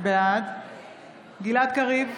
בעד גלעד קריב,